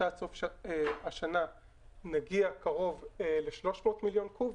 שעד סוף השנה נגיע קרוב ל-300 מיליון קוב,